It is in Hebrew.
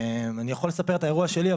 אני יכול לספר את האירוע שלי,